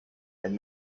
and